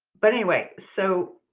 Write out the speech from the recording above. but anyway, so,